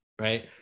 right